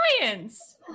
Science